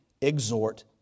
exhort